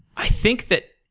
i think that,